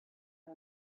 who